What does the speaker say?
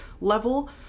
level